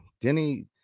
Denny